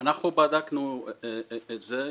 אנחנו בדקנו את זה.